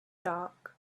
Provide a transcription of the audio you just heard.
dark